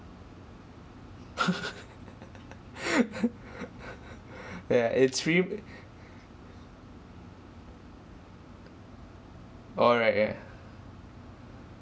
ya it's free b~ oh right yeah